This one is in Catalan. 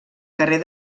carrer